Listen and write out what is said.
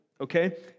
okay